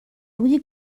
روی